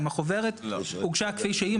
אם החוברת הוגשה כפי שהיא,